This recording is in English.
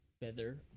feather